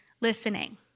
listening